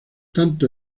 tanto